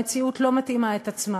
המציאות לא מתאימה את עצמה.